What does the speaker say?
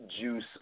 juice